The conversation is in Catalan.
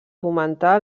fomentar